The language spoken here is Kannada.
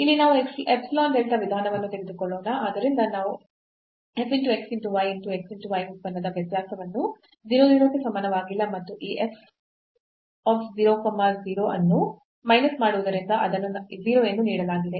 ಆದ್ದರಿಂದ ನಾವು f xy xy ಉತ್ಪನ್ನದ ವ್ಯತ್ಯಾಸವನ್ನು 0 0 ಕ್ಕೆ ಸಮಾನವಾಗಿಲ್ಲ ಮತ್ತು ಈ f 0 0 ಅನ್ನು ಮೈನಸ್ ಮಾಡುವುದರಿಂದ ಅದನ್ನು 0 ಎಂದು ನೀಡಲಾಗಿದೆ